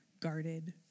guarded